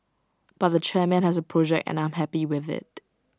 but the chairman has A project and I am happy with IT